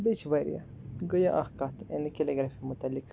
بیٚیہِ چھِ واریاہ گٔے یہِ اَکھ کَتھ یعنی کیلیٖگرٛافی متعلق